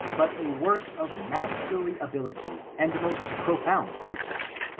but a work of masterly ability and most profound research.